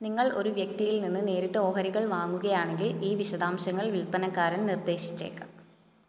നിങ്ങൾ ഒരു വ്യക്തിയിൽ നിന്ന് നേരിട്ട് ഓഹരികൾ വാങ്ങുകയാണെങ്കിൽ ഈ വിശദാംശങ്ങൾ വിൽപ്പനക്കാരൻ നിർദ്ദേശിച്ചേക്കാം